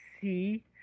see